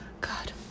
God